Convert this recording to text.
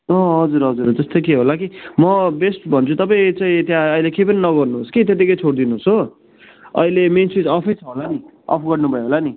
अँ हजुर हजुर त्यस्तै के होला कि म बेस्ट भन्छु तपाईँ चाहिँ त्यहाँ अहिले केही पनि नगर्नुहोस् कि त्यतिकै छोडिदिनु होस् हो अहिले मेन स्विच अफै छ होला नि अफ् गर्नुभयो होला नि